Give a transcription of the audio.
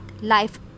life